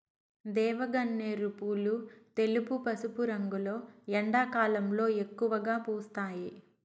దేవగన్నేరు పూలు తెలుపు, పసుపు రంగులో ఎండాకాలంలో ఎక్కువగా పూస్తాయి